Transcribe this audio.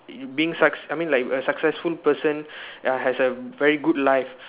being success I mean like a successful person has a very good life